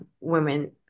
women